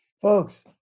folks